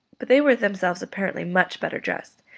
but they were themselves apparently much better dressed,